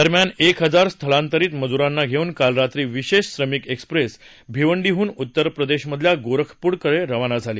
दरम्यान एक हजार स्थलांतरीत मजुरांना घेऊन काल रात्री विशेष श्रमिक एक्सप्रेस भिवंडी हून उत्तर प्रदेश मधल्या गोरखपुरकडे रवाना झाली